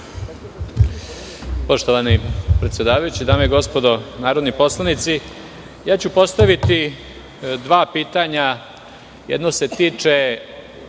Poštovani predsedavajući, dame i gospodo narodni poslanici, postaviću dva pitanja - jedno se tiče